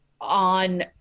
on